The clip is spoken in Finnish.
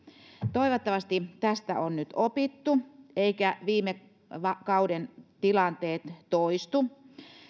toivottavasti tästä on nyt opittu eivätkä viime kauden tilanteet toistu